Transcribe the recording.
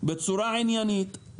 בצורה עניינית,